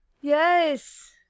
Yes